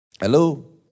Hello